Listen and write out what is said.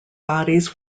bodies